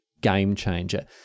game-changer